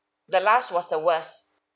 the last was the worst